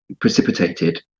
precipitated